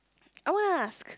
I will ask